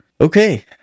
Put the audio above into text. Okay